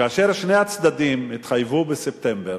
כאשר שני הצדדים התחייבו בספטמבר